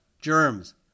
germs